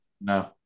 No